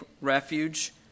refuge